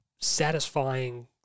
satisfying